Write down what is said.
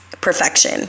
Perfection